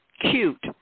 cute